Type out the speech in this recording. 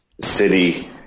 city